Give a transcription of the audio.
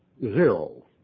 Zero